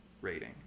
rating